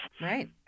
Right